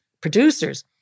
producers